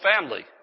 family